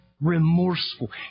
remorseful